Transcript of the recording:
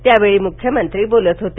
यावेळी मुख्यमंत्री बोलत होते